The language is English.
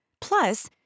Plus